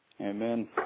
Amen